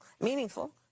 meaningful